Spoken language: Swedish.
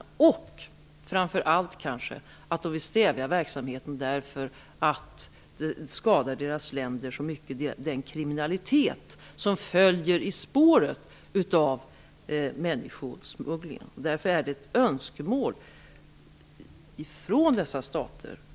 De kanske framför allt vill stävja verksamheten därför att den kriminalitet som följer i spåret av människosmugglingen skadar deras länder så mycket.